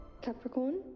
Capricorn